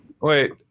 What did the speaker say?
Wait